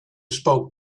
spoke